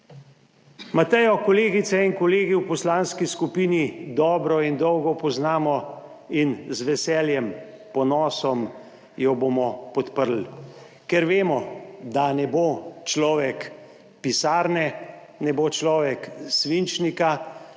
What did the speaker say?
Matejo kolegice in kolegi v poslanski skupini dobro in dolgo poznamo in z veseljem, ponosom jo bomo podprli, ker vemo, da ne bo človek pisarne, ne bo človek svinčnika,